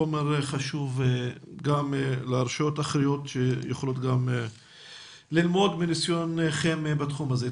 חומר חשוב גם לרשויות אחרות שיכולות גם ללמוד מניסיונכם בתחום הזה.